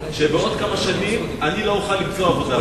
שבעוד כמה שנים אני לא אוכל למצוא עבודה,